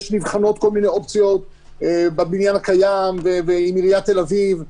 בתל אביב למשל נבחנות כל מיני אופציות בבניין הקיים ועם עיריית תל אביב,